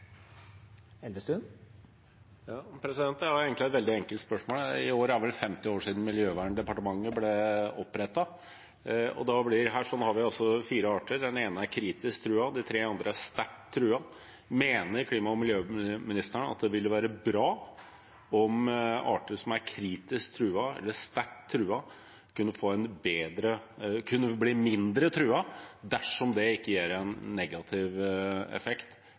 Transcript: år er det vel 50 år siden Miljøverndepartementet ble opprettet. Her har vi altså fire arter. Den ene er kritisk truet, og de tre andre er sterkt truet. Mener klima- og miljøministeren at det ville være bra om arter som er kritisk truet eller sterkt truet, kunne bli mindre truet, dersom det ikke gir en negativ effekt,